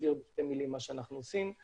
אסביר מה שאנחנו עושים.